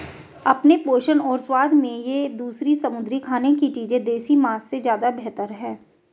अपने पोषण और स्वाद में ये दूसरी समुद्री खाने की चीजें देसी मांस से ज्यादा बेहतर है